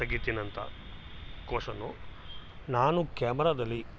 ತೆಗಿತಿನಂತ ಕ್ವಷನ್ನು ನಾನು ಕ್ಯಾಮ್ರಾದಲ್ಲಿ